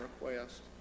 request